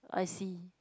I see